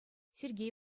сергей